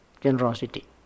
generosity